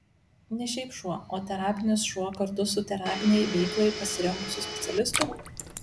ne šiaip šuo o terapinis šuo kartu su terapinei veiklai pasirengusiu specialistu